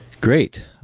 Great